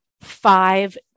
five